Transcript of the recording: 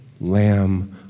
lamb